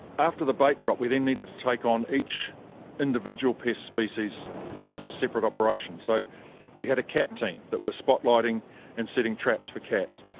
after the bait drop we then need to take on each individual pest species as a separate operation. so we had a cat team that was spotlighting and setting traps for the cats.